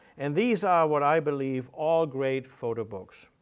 and these are what i believe all great photo books.